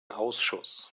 ausschuss